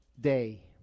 day